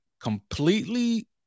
completely